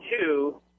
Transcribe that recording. two